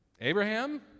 Abraham